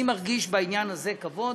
אני מרגיש בעניין הזה כבוד,